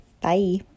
Bye